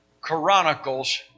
Chronicles